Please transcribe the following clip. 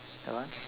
that one